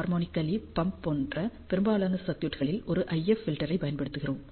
harmonically pump போன்ற பெரும்பாலான சர்க்யூட்களில் ஒரு IF ஃபில்டரைப் பயன்படுத்துகிறோம்